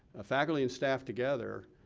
faculty and staff together,